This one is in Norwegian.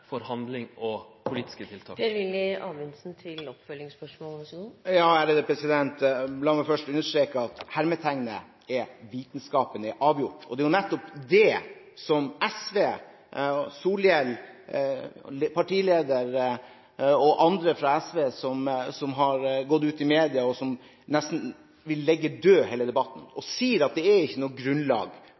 La meg først understreke at hermetegnet gjelder «vitenskapen er avgjort». Det er nettopp det SV – Solhjell, partilederen og andre fra SV – har gått ut i media og sagt. De vil nesten legge død hele debatten og sier at det er ikke noe grunnlag